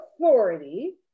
authority